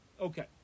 Okay